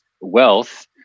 wealth